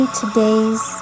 today's